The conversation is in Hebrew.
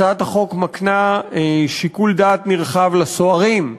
הצעת החוק מקנה שיקול דעת נרחב לסוהרים,